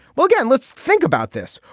well, again, let's think about this.